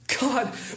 God